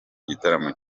gitaramo